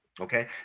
Okay